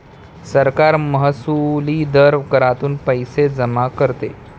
सरकार महसुली दर करातून पैसे जमा करते